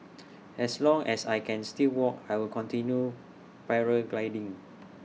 as long as I can still walk I will continue paragliding